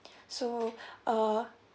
so uh